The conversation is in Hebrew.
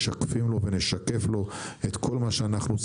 משקפים לו ונשקף לו את כל מה שאנחנו עושים